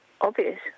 obvious